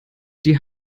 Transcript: die